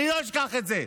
אני לא אשכח את זה.